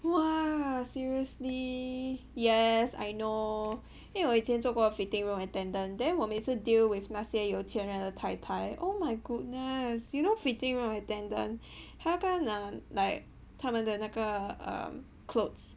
!wah! seriously yes I know 因为我以前做过 fitting room attendant then 我每次 deal with 那些有钱人的 Tai-Tai oh my goodness you know fitting room attendant 还要跟她拿 like 她们的那个 err clothes